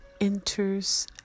enters